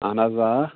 اہن حظ آ